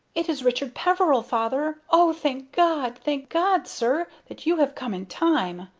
it is richard peveril, father! oh, thank god! thank god, sir, that you have come in time!